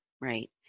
right